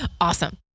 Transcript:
Awesome